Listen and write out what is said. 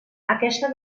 aquesta